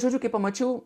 žodžiu kai pamačiau